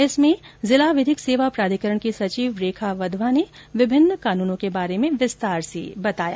इसमें जिला विधिक सेवा प्राधिकरण की सचिव रेखा वधवा ने विभिन्न कानूनों के बारे में विस्तार से बताया